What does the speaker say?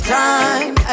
time